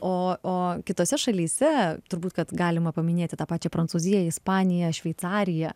o kitose šalyse turbūt kad galima paminėti tą pačią prancūziją ispaniją šveicariją